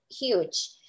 huge